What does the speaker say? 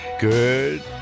Good